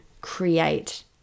create